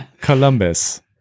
Columbus